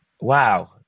wow